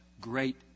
great